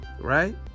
Right